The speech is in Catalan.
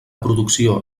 producció